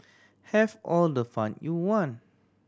have all the fun you want